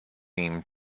seem